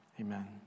Amen